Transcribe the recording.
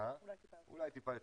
אולי טיפה יותר,